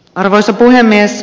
arvoisa puhemies